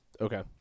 Okay